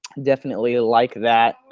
definitely like that.